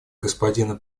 господина